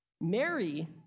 mary